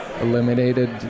eliminated